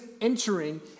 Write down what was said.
entering